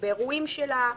באירועים שלה,